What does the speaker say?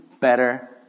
better